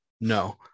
No